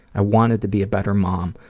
i wanted to be a better mom,